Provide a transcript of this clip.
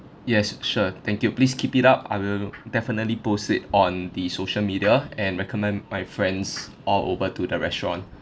yes sure thank you please keep it up I will definitely post it on the social media and recommend my friends all over to the restaurant